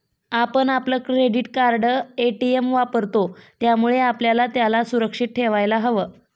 आपण आपलं credit card, ATM वापरतो, त्यामुळे आपल्याला त्याला सुरक्षित ठेवायला हव